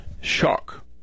Shock